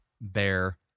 bear